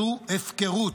זו הפקרות.